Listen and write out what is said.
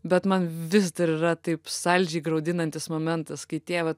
bet man vis dar yra taip saldžiai graudinantis momentas kai tie vat